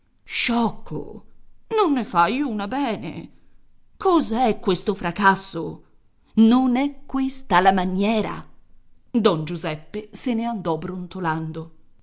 sciocco non ne fai una bene cos'è questo fracasso non è questa la maniera don giuseppe se ne andò brontolando